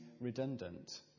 redundant